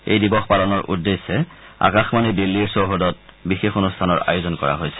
এই দিৱস পালনৰ উদ্দেশ্যে আকাশবাণী দিল্লীৰ চৌহদত এক বিশেষ অনুষ্ঠানৰ আয়োজন কৰা হৈছে